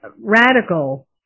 radical